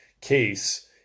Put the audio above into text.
case